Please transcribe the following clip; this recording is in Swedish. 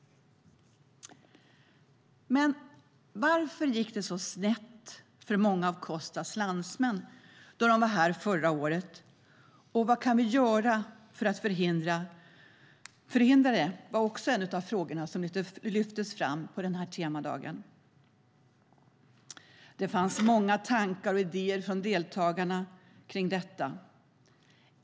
Men varför gick det då så snett för många av Kostas landsmän då de var här förra året, och vad kan vi göra för att förhindra det? Det var också en av de frågor som togs upp på temadagen. Det fanns många tankar och idéer om detta hos deltagarna.